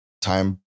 time